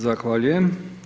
Zahvaljujem.